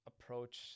approach